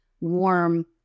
warm